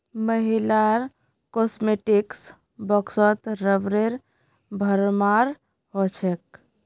महिलार कॉस्मेटिक्स बॉक्सत रबरेर भरमार हो छेक